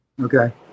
Okay